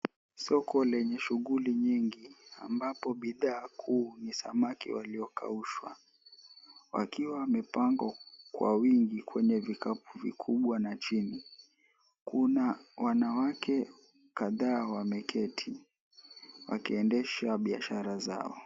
Soko lenye shughuli nyingi ambapo bidhaa kuu ni samaki waliokaushwa wakiwa wamepangwa kwa wingi , kwenye vikapu vikubwa na chini kuna wanawake kadhaa wameketi wakiendesha biashara zao.